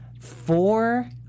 four